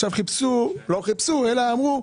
עכשיו אמרו: